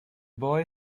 boy